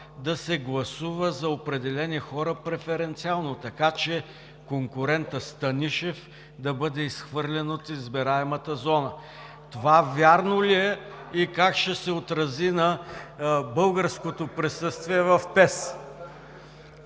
да се гласува преференциално за определени хора, така че конкурентът Станишев да бъде изхвърлен от избираемата зона. Това вярно ли е и как ще се отрази на българското присъствие в ПЕС?